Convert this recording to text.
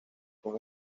con